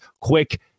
quick